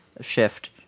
shift